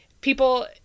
People